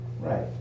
Right